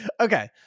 okay